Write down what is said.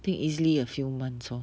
think easily a few months lor